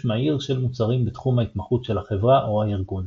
מהיר של מוצרים בתחום ההתמחות של החברה או הארגון.